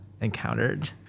encountered